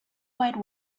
wide